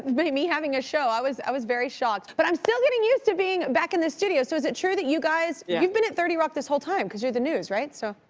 me having a show, i was i was very shocked. but i'm still getting used to being back in the studio. so is it true that you guys, you've been at thirty rock this whole time? cause you're the news, right, so?